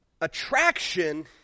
Attraction